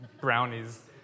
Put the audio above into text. brownies